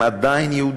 הם עדיין יהודים.